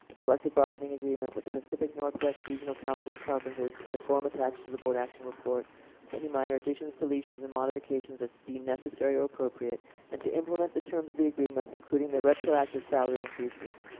collective bargaining agreement with the pacific northwest regional council of carpenters, and the form attached to the board action report with any minor additions, deletions, and modifications as deemed necessary or appropriate and to implement the terms of the agreement including the retroactive salary increases.